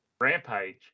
Rampage